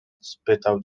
spytał